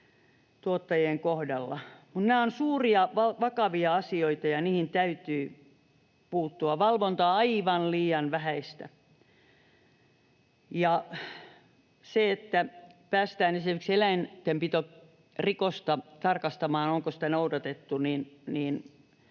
tuottajien kohdalla. Nämä ovat suuria, vakavia asioita, ja niihin täytyy puuttua. Valvonta on aivan liian vähäistä. Ja se, että päästään esimerkiksi eläintenpitorikosta tarkastamaan, onko lakia noudatettu,